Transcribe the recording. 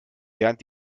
während